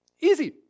Easy